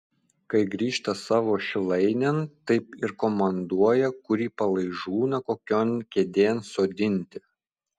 kai grįžta savo šilainėn taip ir komanduoja kurį palaižūną kokion kėdėn sodinti